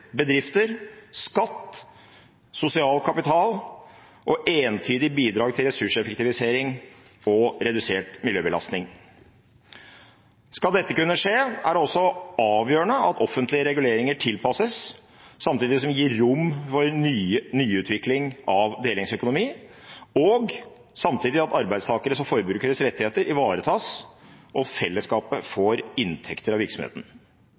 bedrifter, skatt, sosial kapital og et entydig bidrag til ressurseffektivisering og redusert miljøbelastning. Skal dette kunne skje, er det avgjørende at offentlige reguleringer tilpasses, samtidig som de gir rom for nyutvikling av delingsøkonomi, og samtidig som arbeidstakeres og forbrukeres rettigheter ivaretas og fellesskapet får inntekter av virksomheten.